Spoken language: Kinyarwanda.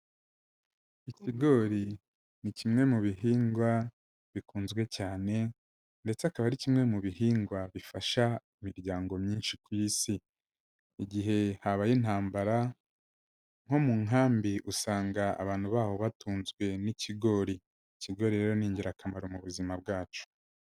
Ikigori ni kimwe mu bihingwa bikunzwe cyane, ndetse akaba ari kimwe mu bihingwa bifasha imiryango myinshi ku isi. Igihe habaye intambara nko mu nkambi, usanga abantu baho batunzwe n'ikigori. Ikigo rero ni ingirakamaro mu buzima bwacu.